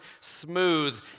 smooth